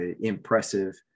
impressive